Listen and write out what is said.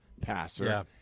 passer